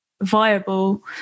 viable